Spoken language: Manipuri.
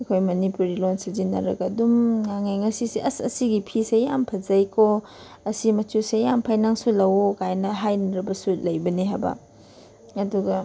ꯑꯩꯈꯣꯏ ꯃꯅꯤꯄꯨꯔꯤ ꯂꯣꯟ ꯁꯤꯖꯤꯟꯅꯔꯒ ꯑꯗꯨꯝ ꯉꯥꯡꯉꯦ ꯉꯁꯤꯁꯦ ꯑꯁ ꯑꯁꯤꯒꯤ ꯐꯤꯁꯦ ꯌꯥꯝ ꯐꯖꯩꯀꯣ ꯑꯁꯤ ꯃꯆꯨꯁꯦ ꯌꯥꯝ ꯐꯩ ꯅꯪꯁꯨ ꯂꯧꯑꯣ ꯀꯥꯏꯅ ꯍꯥꯏꯅꯔꯕꯁꯨ ꯂꯩꯕꯅꯦ ꯍꯥꯏꯕ ꯑꯗꯨꯒ